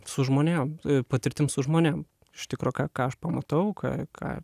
su žmonėm patirtim su žmonėm iš tikro ką ką aš pamatau ką ką